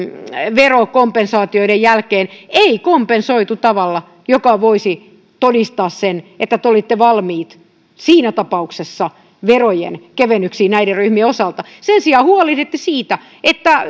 verokompensaatioiden jälkeen kompensoitu tavalla joka voisi todistaa sen että te olitte valmiit siinä tapauksessa verojen kevennyksiin näiden ryhmien osalta sen sijaan huolehditte siitä että